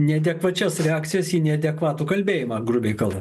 neadekvačias reakcijas į neadekvatų kalbėjimą grubiai kalbant